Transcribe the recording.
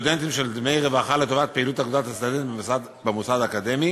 מסטודנטים של דמי רווחה לטובת פעילות אגודת הסטודנטים במוסד האקדמי